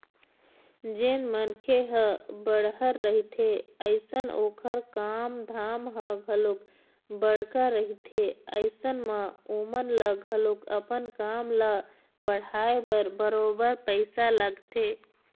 जेन मनखे ह बड़हर रहिथे अइसन ओखर काम धाम ह घलोक बड़का रहिथे अइसन म ओमन ल घलोक अपन काम ल बढ़ाय बर बरोबर पइसा लगथे